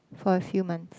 for a few months